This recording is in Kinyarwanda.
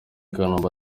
kanombe